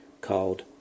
called